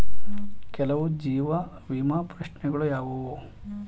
ಕೆಲವು ಜೀವ ವಿಮಾ ಪ್ರಶ್ನೆಗಳು ಯಾವುವು?